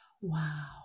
Wow